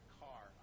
car